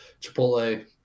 Chipotle